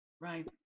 Right